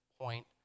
point